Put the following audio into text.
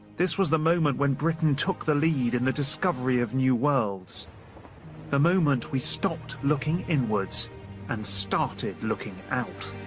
this was the moment when britain took the lead in the discovery of new worlds the moment we stopped looking inwards and started looking out.